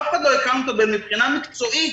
אף אחד לא אחראי מבחינה מקצועית,